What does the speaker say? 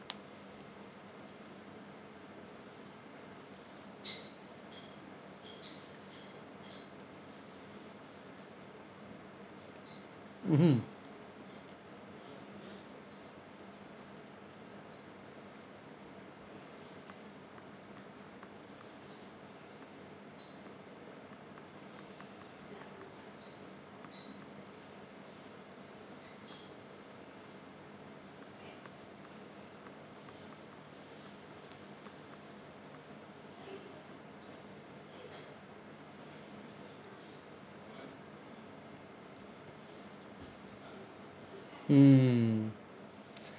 mmhmm mm